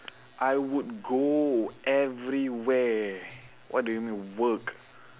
I would go everywhere what do you mean work